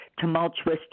tumultuous